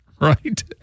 Right